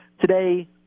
Today